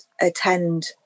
attend